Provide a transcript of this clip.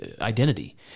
identity